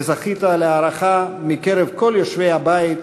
וזכית להערכה בקרב כל יושבי הבית,